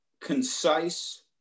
concise